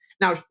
Now